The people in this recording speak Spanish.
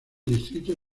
distrito